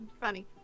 Funny